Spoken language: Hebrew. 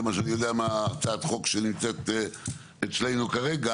זה מה שאני יודע מהצעת החוק שנמצאת אצלנו כרגע,